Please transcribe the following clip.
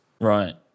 Right